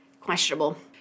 questionable